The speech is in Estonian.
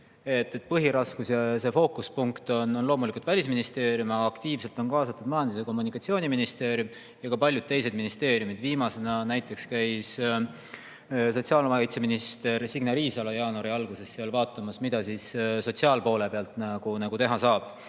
on. Põhiraskus ja fookuspunkt on loomulikult Välisministeeriumil, aga aktiivselt on kaasatud Majandus‑ ja Kommunikatsiooniministeerium ja ka paljud teised ministeeriumid. Viimasena näiteks käis sotsiaalkaitseminister Signe Riisalo jaanuari alguses seal vaatamas, mida sotsiaalpoole pealt teha saab.